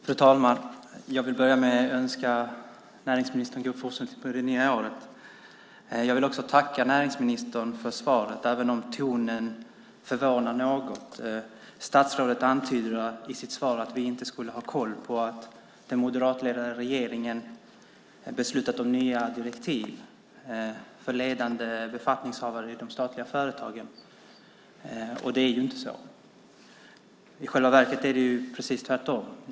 Fru talman! Jag vill börja med att önska näringsministern en god fortsättning på det nya året. Jag vill också tacka näringsministern för svaret, även om tonen förvånar något. Statsrådet antyder i sitt svar att vi inte skulle ha koll på att den moderatledda regeringen beslutat om nya direktiv för ledande befattningshavare i de statliga företagen. Det är inte så. I själva verket är det precis tvärtom.